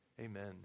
Amen